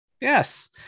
Yes